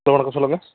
வணக்கம் சொல்லுங்கள்